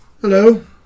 Hello